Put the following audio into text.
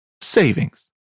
savings